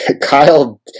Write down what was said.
Kyle